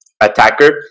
attacker